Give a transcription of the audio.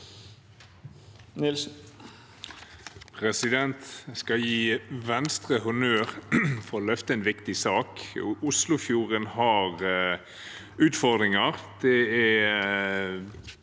Nilsen (FrP) Jeg skal gi Venstre honnør for å løfte en viktig sak. Oslofjorden har utfordringer.